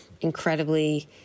incredibly